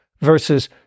Versus